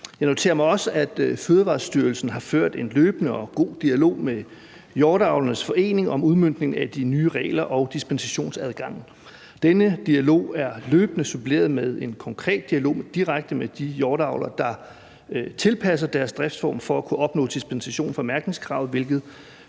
Fødevarestyrelsen har ført en løbende og god dialog med hjorteavlernes forening om udmøntning af de nye regler og dispensationsadgangen. Denne dialog er løbende suppleret med en konkret dialog direkte med de hjorteavlere, der tilpasser deres driftsform for at kunne opnå dispensation fra mærkningskravet,